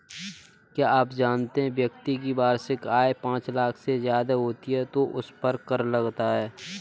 क्या आप जानते है व्यक्ति की वार्षिक आय पांच लाख से ज़्यादा होती है तो उसपर कर लगता है?